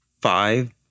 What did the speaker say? five